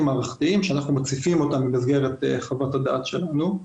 מערכתיים שאנחנו מציפים אותם במסגרת חוות הדעת שלנו,